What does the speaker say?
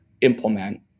implement